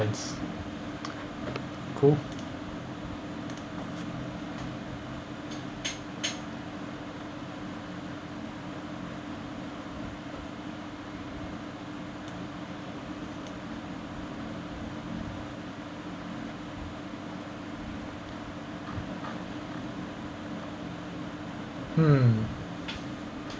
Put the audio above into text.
cool hmm